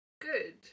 good